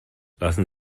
lassen